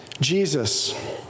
Jesus